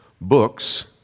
books